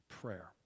prayer